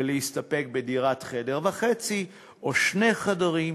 ולהסתפק בדירת חדר וחצי או שני חדרים,